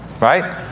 Right